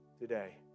today